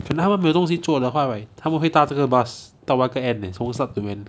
可能他们没有东西做的话 right 他们会搭这个 bus 到那个 end leh from start to end